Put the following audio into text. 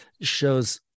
shows